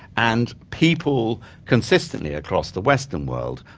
and people consistently across the western world,